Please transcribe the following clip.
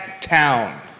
Town